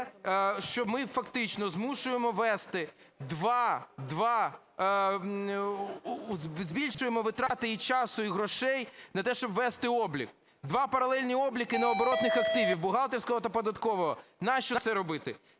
що ми фактично змушуємо вести два, збільшуємо витрати і часу, і грошей на те, щоб вести облік, два паралельні обліки необоротних активів: бухгалтерського та податкового. Нащо це робити?